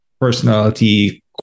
personality